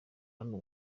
hano